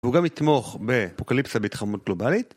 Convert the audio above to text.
והוא גם יתמוך באפוקליפסיה בהתחממות גלובלית.